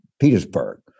Petersburg